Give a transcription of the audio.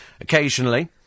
occasionally